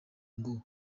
ngo